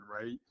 right